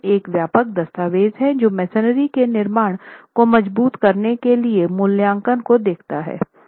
लेकिन एक व्यापक दस्तावेज़ है जो मसोनरी के निर्माण को मजबूत करने के लिए मूल्यांकन को देखता है